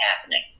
happening